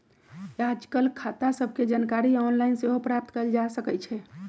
याजकाल खता सभके जानकारी ऑनलाइन सेहो प्राप्त कयल जा सकइ छै